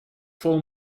full